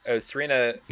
Serena